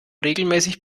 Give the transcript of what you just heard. regelmäßig